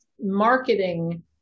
marketing